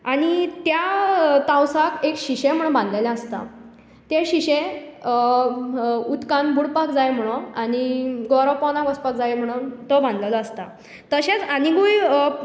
आनी त्या तावसांक एक शिशें म्हणून बांदिल्ले आसता ते शिंशे उदकांत बुडपाक जाय म्हणून आनी गरो पोंदाक वचपाक जाय म्हणून तो बांदिल्लो आसता तशेंच आनीकूय